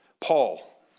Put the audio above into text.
Paul